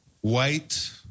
white